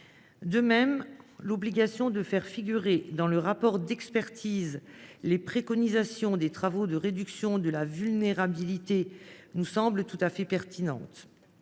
De même, l’obligation de faire figurer dans le rapport d’expertise les préconisations des travaux de réduction de la vulnérabilité nous semble tout à fait pertinente.